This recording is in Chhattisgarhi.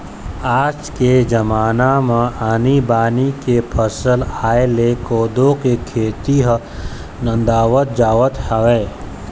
अब के जमाना म आनी बानी के फसल आय ले कोदो के खेती ह नंदावत जावत हवय